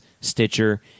Stitcher